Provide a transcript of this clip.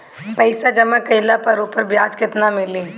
पइसा जमा कइले पर ऊपर ब्याज केतना मिली?